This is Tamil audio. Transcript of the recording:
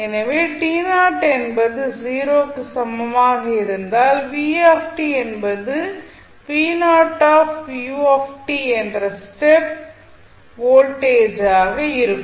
எனவே என்பது 0 க்கு சமமாக இருந்தால் v என்பது என்ற ஸ்டெப் வோல்டேஜாக இருக்கும்